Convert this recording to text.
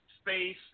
Space